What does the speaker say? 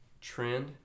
trend